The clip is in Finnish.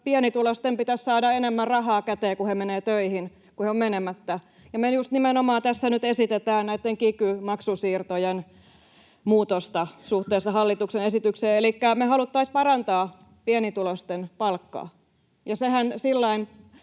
pienituloisten pitäisi saada enemmän rahaa käteen, kun he menevät töihin, verrattuna siihen, kun he ovat menemättä. Me just nimenomaan tässä nyt esitetään näitten kiky-maksusiirtojen muutosta suhteessa hallituksen esitykseen. Elikkä me haluttaisiin parantaa pienituloisten palkkaa,